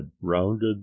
rounded